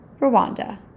Rwanda